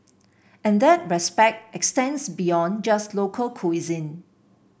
and that respect extends beyond just local cuisine